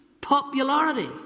popularity